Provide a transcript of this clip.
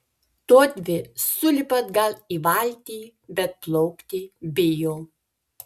todvi sulipa atgal į valtį bet plaukti bijo